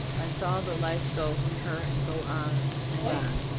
i saw the life go from her and go on, and on.